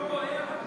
לא רואה.